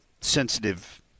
sensitive